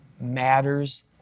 matters